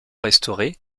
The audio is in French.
restauré